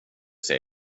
ser